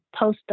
postdoc